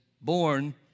born